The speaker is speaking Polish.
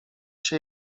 się